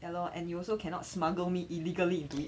ya lor and you also cannot smuggle me illegally into it